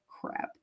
crap